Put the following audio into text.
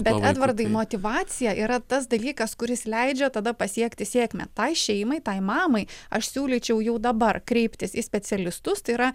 bet edvardai motyvacija yra tas dalykas kuris leidžia tada pasiekti sėkmę tai šeimai tai mamai aš siūlyčiau jau dabar kreiptis į specialistus tai yra